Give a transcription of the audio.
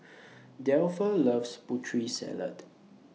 Delpha loves Putri Salad